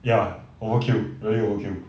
ya overkill legit~ overkill